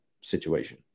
situation